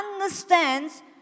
understands